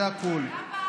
זה הכול.